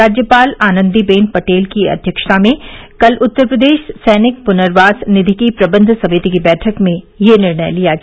राज्यपाल आनन्दीबेन पटेल की अध्यक्षता में कल उत्तर प्रदेश सैनिक पुनर्वास निधि की प्रबंध समिति की बैठक में यह निर्णय लिया गया